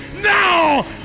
now